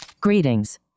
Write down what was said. Greetings